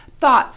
Thoughts